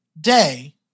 day